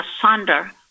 asunder